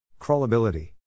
crawlability